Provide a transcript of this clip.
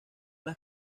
las